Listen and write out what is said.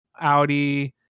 Audi